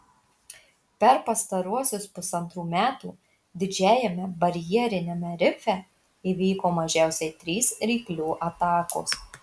per pastaruosius pusantrų metų didžiajame barjeriniame rife įvyko mažiausiai trys ryklių atakos